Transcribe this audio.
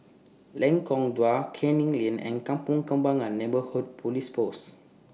Lengkong Dua Canning Lane and Kampong Kembangan Neighbourhood Police Post